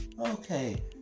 okay